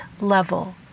level